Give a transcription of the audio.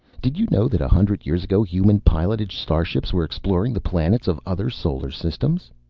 did you know that a hundred years ago human-piloted starships were exploring the planets of other solar systems?